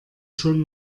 schon